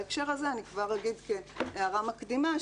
בהקשר הזה אני כבר אגיד הערה מקדימה,